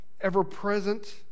ever-present